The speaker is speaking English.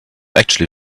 actually